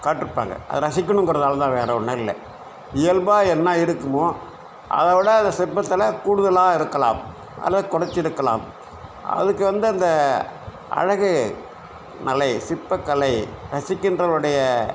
காட்டிருப்பாங்க அதை ரசிக்கணுங்கிறதுனால்தான் வேறு ஒன்றும் இல்லை இயல்பாக என்ன இருக்குமோ அதை விட அந்த சிற்பத்தில் கூடுதலாக இருக்கலாம் அல்லது குறைச்சிருக்கலாம் அதுக்கு வந்து அந்த அழகு கலை சிற்பக்கலை ரசிக்கின்றவருடைய